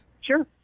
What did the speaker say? Sure